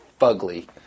fugly